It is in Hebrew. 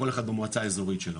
כל אחד במועצה האזורית שלו,